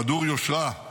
חדור יושרה,